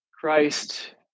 Christ